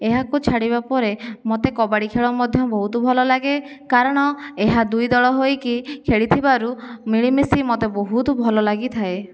ଏହାକୁ ଛାଡ଼ିବାପରେ ମୋତେ କବାଡ଼ି ଖେଳ ମଧ୍ୟ ବହୁତ ଭଲ ଲାଗେ କାରଣ ଏହା ଦୁଇ ଦଳ ହୋଇକି ଖେଳିଥିବାରୁ ମିଳିମିଶି ମୋତେ ବହୁତ ଭଲ ଲାଗିଥାଏ